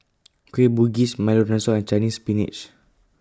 Kueh Bugis Milo Dinosaur and Chinese Spinach